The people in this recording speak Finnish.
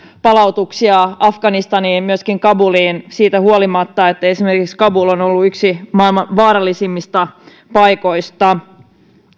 palautuksia afganistaniin ja myöskin kabuliin siitä huolimatta että esimerkiksi kabul on ollut yksi maailman vaarallisimmista paikoista